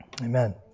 Amen